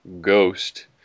Ghost